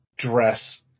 Dress